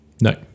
no